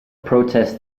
protests